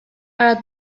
para